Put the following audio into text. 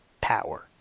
power